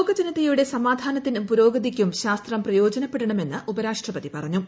ലോകജനതയുടെ സമാധാനത്തിന്റെ ് പുരോഗതിക്കും ശാസ്ത്രം പ്രയോജനപ്പെടണമെന്ന് ഉപരാഷ്ട്രപ്തി പറഞ്ഞു